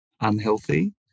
unhealthy